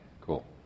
Cool